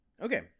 okay